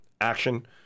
action